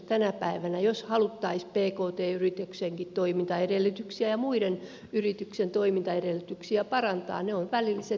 tänä päivänä jos haluttaisiin pkt yritystenkin ja muiden yritysten toimintaedellytyksiä parantaa ne ovat välilliset työvoimakustannukset